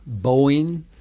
Boeing